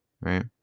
Right